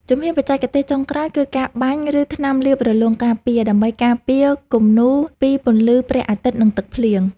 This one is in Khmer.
ជំហានបច្ចេកទេសចុងក្រោយ គឺការបាញ់ ឬលាបថ្នាំរលោងការពារ ដើម្បីការពារគំនូរពីពន្លឺព្រះអាទិត្យ និងទឹកភ្លៀង។